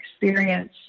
experience